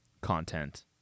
content